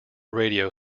radio